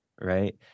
right